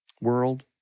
world